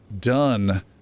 Done